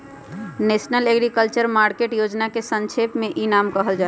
national agriculture market योजनवा के संक्षेप में ई नाम कहल जाहई